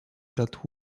that